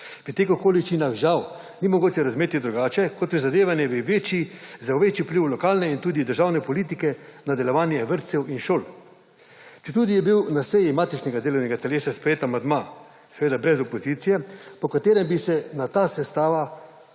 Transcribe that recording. ko /nerazumljivo/ žal ni mogoče razumeti drugače kot prizadevanje za večji vpliv lokalne in tudi državne politike na delovanje vrtcev in šol. Četudi je bil na seji matičnega delovnega telesa sprejet amandma, seveda, brez opozicije, po katerem bi se ta sestava